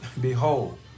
behold